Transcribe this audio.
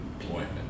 employment